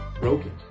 broken